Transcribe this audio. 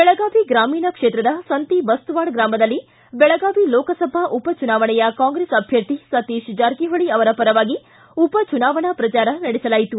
ಬೆಳಗಾವಿ ಗ್ರಾಮೀಣ ಕ್ಷೇತ್ರದ ಸಂತಿಬಸ್ತವಾಡ ಗ್ರಾಮದಲ್ಲಿ ಬೆಳಗಾವಿ ಲೋಕಸಭಾ ಉಪ ಚುಣಾವಣೆಯ ಕಾಂಗ್ರೆಸ್ ಅಭ್ಯರ್ಥಿ ಸತೀಶ್ ಜಾರಕಿಹೊಳಿ ಪರವಾಗಿ ಉಪ ಚುನಾವಣಾ ಪ್ರಜಾರ ನಡೆಸಲಾಯಿತು